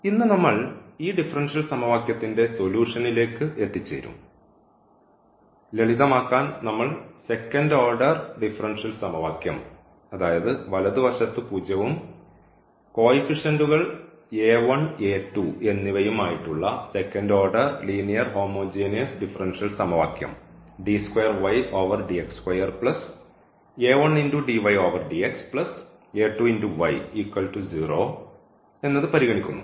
ഇന്ന് നമ്മൾ ഈ ഡിഫറൻഷ്യൽ സമവാക്യത്തിന്റെ സൊലൂഷനിലേക്ക് എത്തിച്ചേരും ലളിതമാക്കാൻ നമ്മൾ സെക്കൻഡ് ഓർഡർ ഡിഫറൻഷ്യൽ സമവാക്യം അതായത് വലതുവശത്ത് പൂജ്യവും കോയിഫിഷൻറ്കൾ എന്നിവയും ആയിട്ടുള്ള second order linear homogeneous differential സമവാക്യം പരിഗണിക്കുന്നു